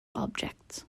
objects